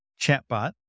ChatBot